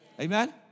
Amen